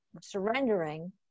surrendering